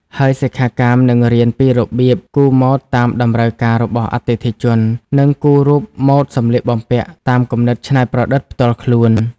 ហើយសិក្ខាកាមនឹងរៀនពីរបៀប គូរម៉ូដតាមតម្រូវការរបស់អតិថិជន និងគូររូបម៉ូដសម្លៀកបំពាក់ តាមគំនិតច្នៃប្រឌិតផ្ទាល់ខ្លួន។